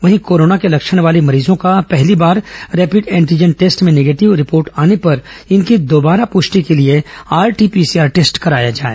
वहीं कोरोना के लक्षण वाले मरीजों का पहली बार रैपिड एन्टीजन टेस्ट में निगेटिव आने पर इनकी दोबारा पुष्टि के लिए आरटीपीसीआर टेस्ट कराया जाएं